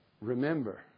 Remember